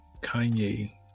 Kanye